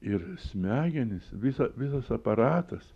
ir smegenys visa visas aparatas